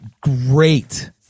great